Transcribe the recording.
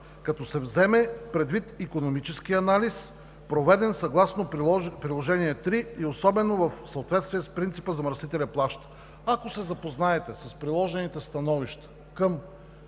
като се вземе предвид икономическия анализ, проведен съгласно Приложение № 3 и особено в съответствие с принципа „замърсителят плаща“.“ Ако се запознаете с приложените становища към